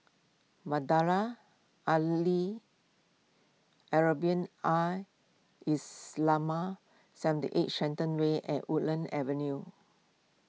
Madrasah Al Arabiah Al Islamiah seventy eight Shenton Way and Woodlands Avenue